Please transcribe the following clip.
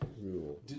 rule